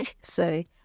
sorry